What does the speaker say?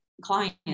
clients